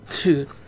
Dude